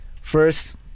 first